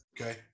Okay